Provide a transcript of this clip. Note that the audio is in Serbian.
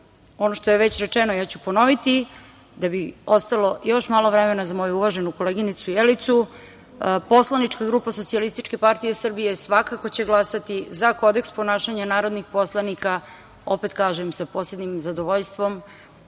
ono što je već rečeno, ja ću ponoviti da bi ostalo još malo vremena za moju uvaženu koleginicu Jelicu, poslanička grupa SPS, svako će glasati za kodeks ponašanja narodnih poslanika, opet kažem, sa posebnim zadovoljstvom,